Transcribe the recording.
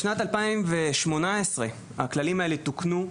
בשנת 2018 הכללים תוקנו,